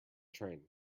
train